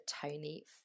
Tony